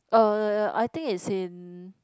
uh I think is in